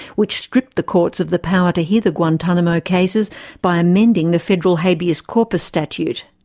which stripped the courts of the power to hear the guantanamo cases by amending the federal habeas corpus statute.